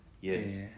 Yes